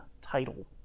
title